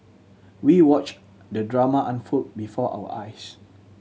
we watched the drama unfold before our eyes